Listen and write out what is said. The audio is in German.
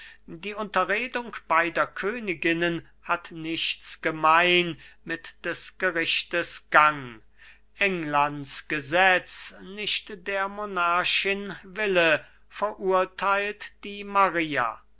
die unterredung beider königinnen hat nichts gemein mit des gerichtes gang englands gesetz nicht der monarchin wille verurteilt die maria